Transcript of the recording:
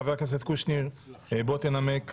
חבר הכנסת קושניר, בוא תנמק בבקשה.